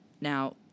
Now